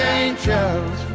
angels